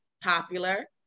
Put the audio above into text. popular